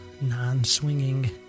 non-swinging